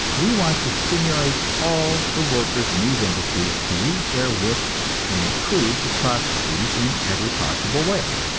we want to stimulate all the workers in these industries to use their wits and improve the processes in every possible way.